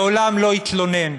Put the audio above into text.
מעולם לא התלונן,